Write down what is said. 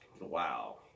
Wow